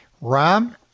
Ram